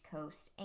Coast